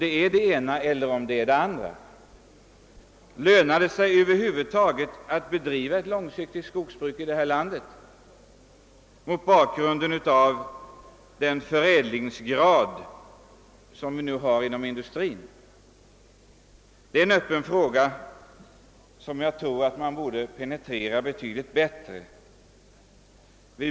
Mot bakgrunden av industrins nuvarande förädlingsgrad kan man fråga sig, om det över huvud taget lönar sig att driva ett långsiktigt skogsbruk i det här landet. Det är en öppen fråga, som jag tror att man, med tanke på vårt gemensamma ansvar för framtiden; borde penetrera betydligt bättre.